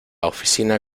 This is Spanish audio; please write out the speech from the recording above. oficina